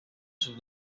sus